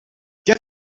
get